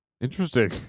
Interesting